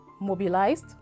Mobilized